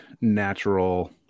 natural